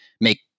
make